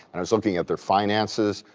and i was looking at their finances,